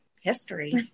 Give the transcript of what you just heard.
history